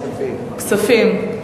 כספים.